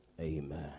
Amen